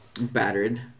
battered